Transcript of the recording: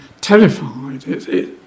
terrified